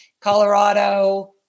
Colorado